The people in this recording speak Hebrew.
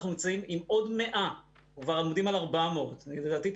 אנחנו נמצאים עם עוד 100. אנחנו כבר עומדים על 400. לדעתי,